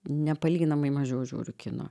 nepalyginamai mažiau žiūriu kino